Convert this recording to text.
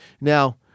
Now